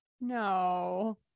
no